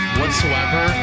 whatsoever